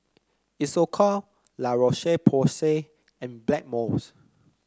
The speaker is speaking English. Isocal La Roche Porsay and Blackmores